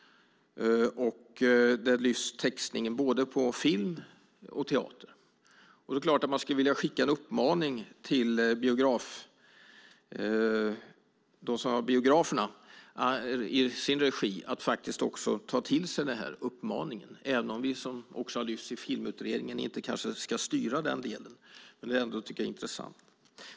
Där lyfts textningen både på film och teater upp, och det är klart att man skulle vilja skicka en uppmaning till dem som har biograferna i sin regi att ta till sig denna uppmaning, även om vi, vilket också har lyfts fram i Filmutredningen, inte ska styra den delen. Men det är ändå intressant.